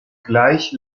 gleich